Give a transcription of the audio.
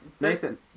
Nathan